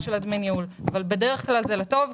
של דמי הניהול אבל בדרך כלל זה לטוב.